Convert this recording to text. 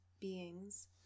beings